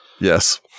Yes